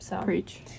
Preach